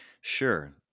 Sure